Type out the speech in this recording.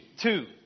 Two